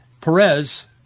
Perez